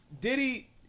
Diddy